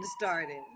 started